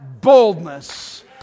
Boldness